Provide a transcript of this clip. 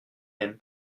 aime